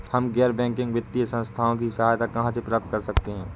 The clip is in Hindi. हम गैर बैंकिंग वित्तीय संस्थानों की सहायता कहाँ से प्राप्त कर सकते हैं?